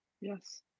Yes